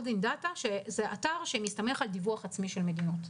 וזה אתר שמסתמך על דיווח עצמי של המדינות.